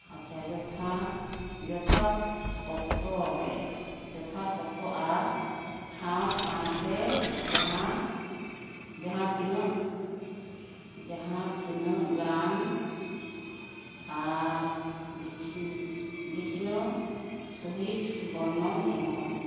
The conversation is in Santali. ᱟᱪᱪᱷᱟ ᱡᱚᱛᱷᱟ ᱡᱚᱛᱷᱟᱛ ᱚᱠᱛᱚᱨᱮ ᱡᱚᱛᱷᱟᱛ ᱚᱠᱛᱚ ᱟᱨ ᱴᱷᱟᱶ ᱥᱟᱶᱛᱮ ᱡᱟᱦᱟᱸ ᱡᱟᱦᱟᱸ ᱛᱤᱱᱟᱹᱜ ᱡᱟᱦᱟᱸ ᱛᱤᱱᱟᱹᱜ ᱜᱟᱱ ᱟᱨ ᱵᱤᱪᱷᱱᱟᱹ ᱵᱤᱪᱷᱱᱟᱹ ᱥᱚᱦᱤᱡᱽ ᱵᱚᱨᱱᱚᱱ ᱮᱢᱚᱜ ᱢᱮ